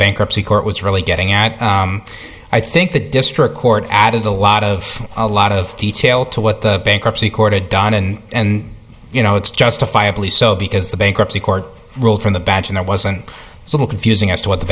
bankruptcy court was really getting at i think the district court added a lot of a lot of detail to what the bankruptcy court had don and you know it's justifiably so because the bankruptcy court ruled from the badge and it wasn't a little confusing as to what the